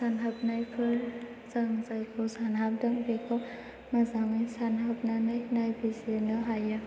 सानहाबनायफोर जों जायखौ सानहाबदों बेखौ मोजाङै सानहाबनानै नायबिजिरनो हायो